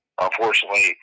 Unfortunately